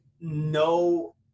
no